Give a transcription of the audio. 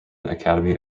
academy